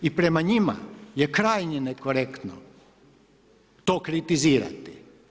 I prema njima, je krajnje nekorektno, to kritizirati.